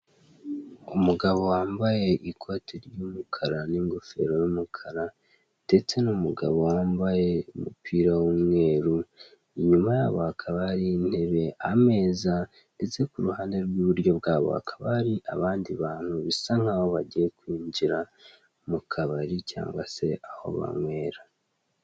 Umugabo wambaye ikote ry'umukara n'ingofero y'umukara ndetse n'umugabo wambaye umupira w'umweru inyuma yabo hakaba hari intebe, ameza ndetse kuruhande rw'iburyo bwabo hakaba hari abandi bantu bisa nkaho bagiye kwinjira mu kabari cyangwa se aho banywera.